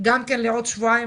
גם כן לעוד שבועיים,